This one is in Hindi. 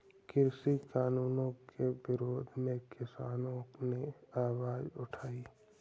कृषि कानूनों के विरोध में किसानों ने आवाज उठाई